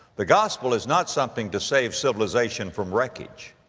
the gospel is not something to save civilization from wreckage.